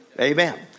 Amen